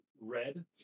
red